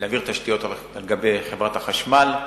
להעביר תשתיות על-ידי חברת החשמל.